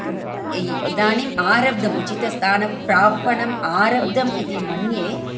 इदानीम् आरब्धम् उचितस्थानप्रापणम् आरब्धम् इति मन्ये